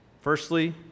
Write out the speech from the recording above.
Firstly